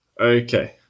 Okay